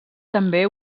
també